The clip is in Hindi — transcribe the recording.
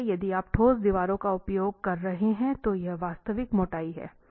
इसलिए यदि आप ठोस दीवारों का उपयोग कर रहे हैं तो यह वास्तविक मोटाई है